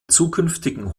zukünftigen